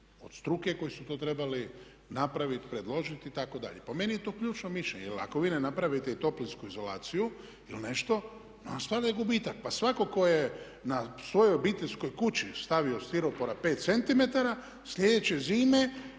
od struke koji su to trebali napraviti, predložiti itd. Po meni je to ključno mišljenje jer ako vi ne napravite i toplinsku izolaciju ili nešto nastane gubitak. Pa svatko tko je na svojoj obiteljskoj kući stavio stiropora 5 cm sljedeće zime